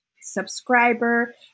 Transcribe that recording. subscriber